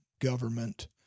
government